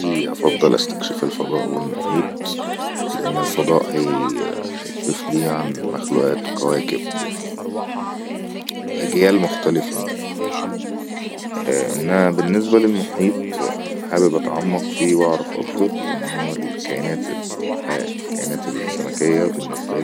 افضل استكشف الفضاء والمحيط لان الفضاء هي كشف لي عن مخلوقات وكواكب واجيال مختلفة انه بالنسبة للمحيط حابب اتعمق فيه واعرف اكتر لانها الكائ-الكائنات السمكية بالنسبة لي